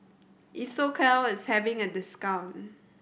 Isocal is having a discount